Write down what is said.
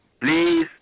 please